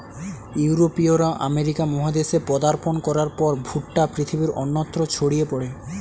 ইউরোপীয়রা আমেরিকা মহাদেশে পদার্পণ করার পর ভুট্টা পৃথিবীর অন্যত্র ছড়িয়ে পড়ে